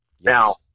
Now